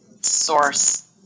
source